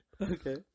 Okay